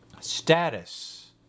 status